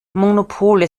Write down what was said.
monopole